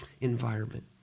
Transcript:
environment